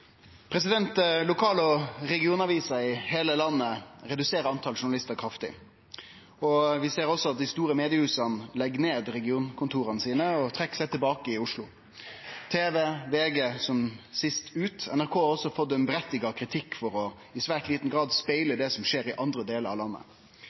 i heile landet reduserer talet på journalistar kraftig, og vi ser også at dei store mediehusa legg ned regionkontora sine og trekkjer seg tilbake i Oslo, VG som sist ut. NRK har også fått rettkomen kritikk for i svært liten grad